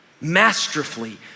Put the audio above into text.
masterfully